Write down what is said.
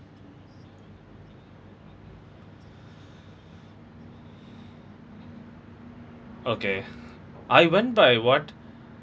okay I went by what